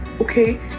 okay